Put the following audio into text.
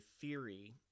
theory